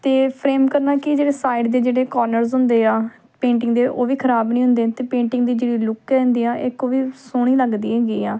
ਅਤੇ ਫਰੇਮ ਕਰਨ ਨਾਲ ਕੀ ਜਿਹੜੇ ਸਾਈਡ ਦੇ ਜਿਹੜੇ ਕੌਰਨਰਸ ਹੁੰਦੇ ਆ ਪੇਂਟਿੰਗ ਦੇ ਉਹ ਵੀ ਖਰਾਬ ਨਹੀਂ ਹੁੰਦੇ ਅਤੇ ਪੇਂਟਿੰਗ ਦੀ ਜਿਹੜੀ ਲੁੱਕ ਹੁੰਦੀ ਆ ਇੱਕ ਉਹ ਵੀ ਸੋਹਣੀ ਲੱਗਦੀ ਹੈਗੀ ਆ